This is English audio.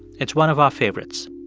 it's one of our favorites